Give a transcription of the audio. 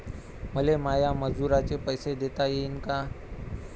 मले माया मजुराचे पैसे देता येईन का?